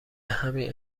همین